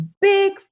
big